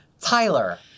Tyler